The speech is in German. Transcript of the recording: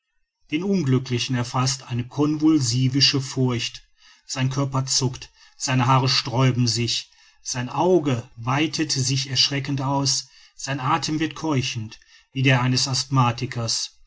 den unglücklichen erfaßt eine convulsivische furcht sein körper zuckt seine haare sträuben sich sein auge weitet sich erschreckend aus sein athem wird keuchend wie der eines asthmatikers